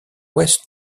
ouest